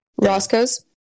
Roscoe's